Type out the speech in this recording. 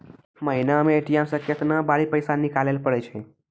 महिना मे ए.टी.एम से केतना बेरी पैसा निकालैल पारै छिये